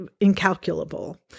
incalculable